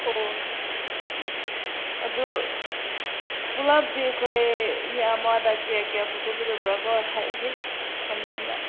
ꯑꯣ ꯍꯣꯏ ꯑꯗꯨ ꯄꯨꯂꯞꯇꯤ ꯑꯩꯈꯣꯏ ꯃꯤ ꯑꯃꯗ ꯀꯌꯥ ꯀꯌꯥ ꯄꯨꯊꯣꯛꯀꯗꯕ꯭ꯔꯀꯣ ꯍꯦꯛ ꯈꯪꯅꯤꯡꯕ